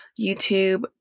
YouTube